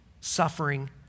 suffering